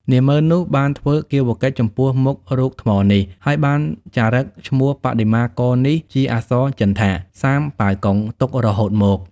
នាហ្មឺននោះ បានធ្វើគារវកិច្ចចំពោះមុខរូបថ្មនេះ ហើយបានចារឹកឈ្មោះបដិមាករនេះជាអក្សរចិនថា សាមប៉ាវកុង ទុករហូតមក ។